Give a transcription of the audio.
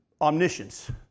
omniscience